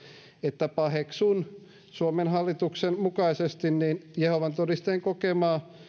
että paheksun suomen hallituksen mukaisesti jehovan todistajien kokemaa